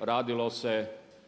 radilo se